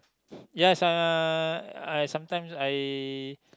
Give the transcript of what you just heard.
yes I uh I sometimes I